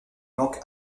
manque